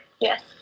Yes